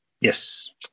Yes